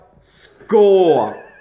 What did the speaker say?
Score